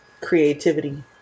creativity